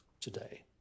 today